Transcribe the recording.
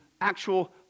actual